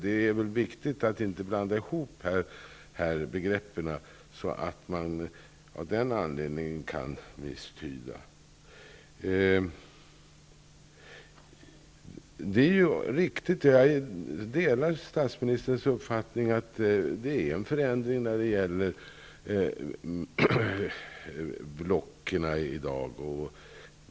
Det är viktigt att inte blanda ihop begreppen så att man av den anledningen kan misstyda. Jag delar statsministerns uppfattning att det har skett en förändring beträffande blocken i dag.